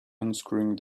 unscrewing